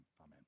Amen